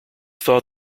thought